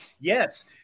Yes